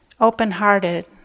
open-hearted